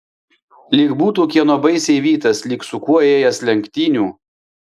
lyg būtų kieno baisiai vytas lyg su kuo ėjęs lenktynių